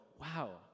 wow